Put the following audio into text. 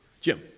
Jim